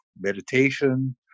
meditation